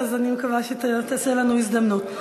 אז אני מקווה שעוד תעשה לנו הזדמנות,